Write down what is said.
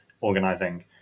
organizing